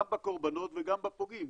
גם בקורבנות וגם בפוגעים,